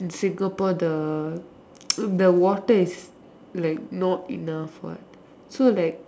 Singapore the the water is like not enough what so like